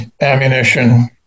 ammunition